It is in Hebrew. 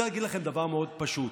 אני רוצה להגיד לכם דבר מאוד פשוט: